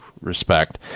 respect